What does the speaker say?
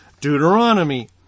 Deuteronomy